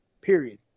period